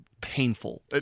painful